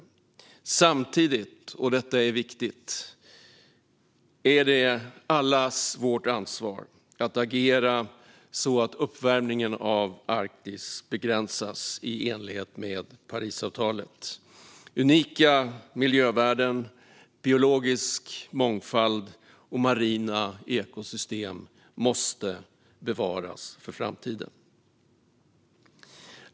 Samtidigt, och detta är viktigt, är det allas vårt ansvar att agera så att uppvärmningen av Arktis begränsas i enlighet med Parisavtalet. Unika miljövärden, biologisk mångfald och marina ekosystem måste bevaras för framtiden.